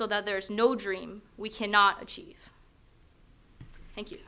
so that there is no dream we cannot achieve thank you